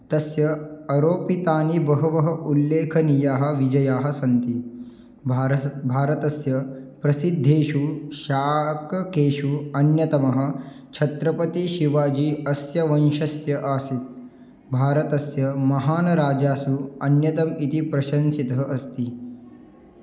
तस्य आरोपितानि बहवः उल्लेखनीयाः विजयाः सन्ति भारसत् भारतस्य प्रसिद्धेषु शासकेषु अन्यतमः छत्रपतिशिवाजी अस्य वंशस्य आसीत् भारतस्य महान् राजासु अन्यतमः इति प्रशंसितः अस्ति